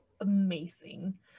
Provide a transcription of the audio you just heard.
amazing